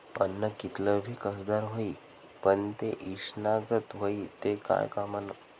आन्न कितलं भी कसदार व्हयी, पन ते ईषना गत व्हयी ते काय कामनं